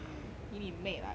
!ee! 你妹 lah !ee!